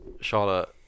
Charlotte